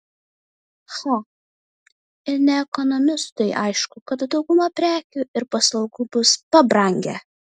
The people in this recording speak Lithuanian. cha ir ne ekonomistui aišku kad dauguma prekių ir paslaugų bus pabrangę